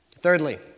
Thirdly